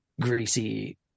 greasy